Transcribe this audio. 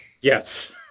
Yes